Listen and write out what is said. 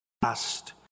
past